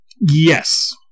Yes